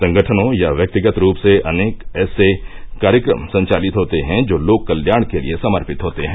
संगठनों या व्यक्तिगत रूप से अनेक ऐसे कार्यक्रम संचालित होते है जो लोक कल्याण के लिए समर्पित होते हैं